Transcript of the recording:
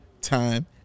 Time